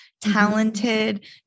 talented